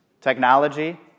Technology